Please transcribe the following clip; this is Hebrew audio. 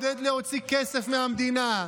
להוציא כסף מהמדינה.